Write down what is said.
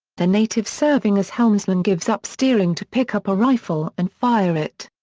the native serving as helmsman gives up steering to pick up a rifle and fire it.